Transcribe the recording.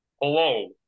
hello